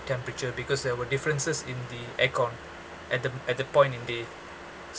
temperature because there were differences in the aircon at the at the point in there